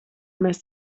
mēs